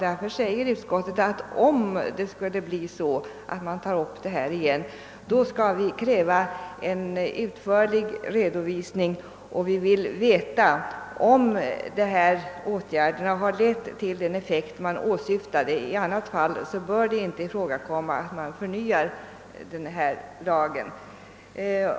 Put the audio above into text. Därför säger utskottet att om frågan tas upp igen skall vi kräva en utförlig redovisning, så att vi får veta om dessa åtgärder har lett till den åsyftade effekten. I annat fall bör det inte ifrågakomma att man förnyar denna lag.